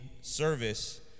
service